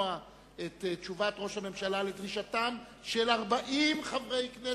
הממשלה לדרישתם של 40 חברי כנסת,